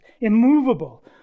immovable